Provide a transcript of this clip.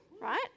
right